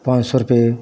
ਪੰਜ ਸੌ ਰੁਪਏ